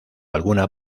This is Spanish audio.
alguna